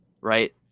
right